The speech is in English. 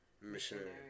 missionary